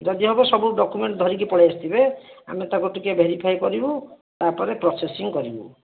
ଯଦି ହେବ ସବୁ ଡକ୍ୟୁମେଣ୍ଟ ଧରିକି ପଳାଇ ଆସିଥିବେ ଆମେ ତାକୁ ଟିକିଏ ଭେରିଫାଏ କରିବୁ ତାପରେ ପ୍ରୋସେସିଂ କରିବୁ